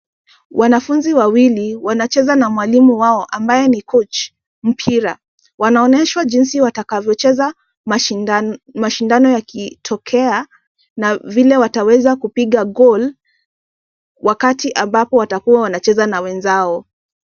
Wanafunzi wawili wanacheza na mwalimu wao ambaye ni Kochi mpira. Wanonyeshwa jinsi watakapocheza mashindano yakitokea na vile wataweza kupiga goal wakati ambapo Watakuwa wakicheza na wenzao.